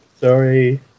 Sorry